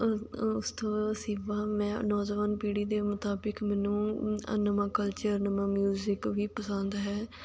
ਮੈਂ ਨੌਜਵਾਨ ਪੀੜ੍ਹੀ ਦੇ ਮੁਤਾਬਿਕ ਮੈਨੂੰ ਨਵਾਂ ਕਲਚਰ ਨਵਾਂ ਮਿਊਜ਼ਿਕ ਵੀ ਪਸੰਦ ਹੈ